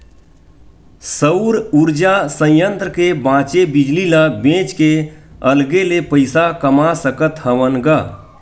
सउर उरजा संयत्र के बाचे बिजली ल बेच के अलगे ले पइसा कमा सकत हवन ग